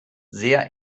sehr